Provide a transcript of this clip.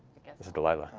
this is delilah.